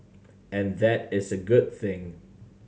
and that is a good thing